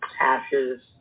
ashes